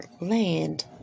land